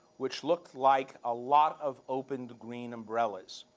which looked like a lot of opened green umbrellas.